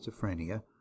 schizophrenia